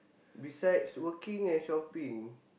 besides working and shopping